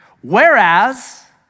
Whereas